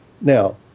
Now